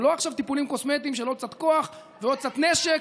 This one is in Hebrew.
ולא וטיפולים קוסמטיים של עוד קצת כוח ועוד קצת נשק,